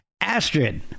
Astrid